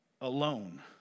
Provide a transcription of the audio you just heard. alone